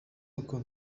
uko